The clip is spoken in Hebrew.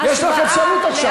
יש לך אפשרות עכשיו --- לא,